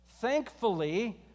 Thankfully